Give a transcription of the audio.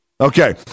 Okay